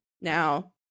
Now